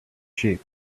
sheep